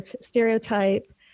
stereotype